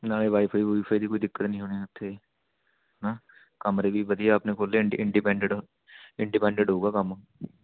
ਨਾਲੇ wifi wifi ਦੀ ਕੋਈ ਦਿੱਕਤ ਨਹੀਂ ਹੋਣੀ ਉੱਥੇ ਹੈਂ ਕਮਰੇ ਵੀ ਵਧੀਆ ਆਪਣੇ ਖੁੱਲ੍ਹੇ ਇੰਡੀ ਇੰਡੀਪੈਂਡਡ ਇੰਡੀਪੈਂਡਡ ਹੋਵੇਗਾ ਕੰਮ